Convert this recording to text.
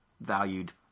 valued